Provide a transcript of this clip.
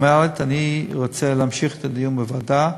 אני רוצה להמשיך את הדיון בוועדה,